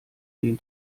den